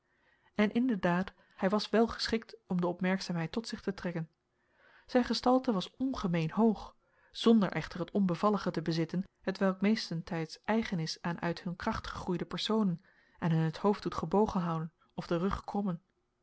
en in de daad hij was wel geschikt om de opmerkzaamheid tot zich te trekken zijn gestalte was ongemeen hoog zonder echter het onbevallige te bezitten hetwelk meestentijds eigen is aan uit hun kracht gegroeide personen en hun het hoofd doet gebogen houden of den rug krommen